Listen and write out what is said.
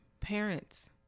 Parents